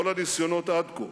כל הניסיונות עד כה